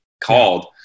called